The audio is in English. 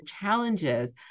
challenges